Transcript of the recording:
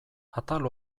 atal